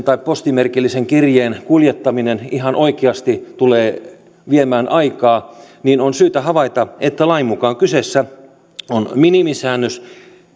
tai postimerkillisen kirjeen kuljettaminen ihan oikeasti tulee viemään aikaa niin on syytä havaita että lain mukaan kyseessä on minimisäännös